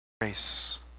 grace